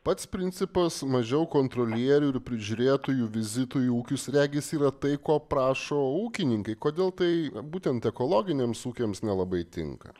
pats principas mažiau kontrolierių ir prižiūrėtojų vizitų į ūkius regis yra tai ko prašo ūkininkai kodėl tai būtent ekologiniams ūkiams nelabai tinka